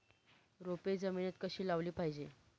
रोपे जमिनीत कधी लावली पाहिजे?